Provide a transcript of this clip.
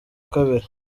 kabiri